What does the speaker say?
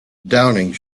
downing